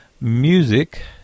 Music